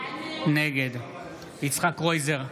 נגד יצחק קרויזר,